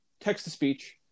text-to-speech